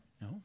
No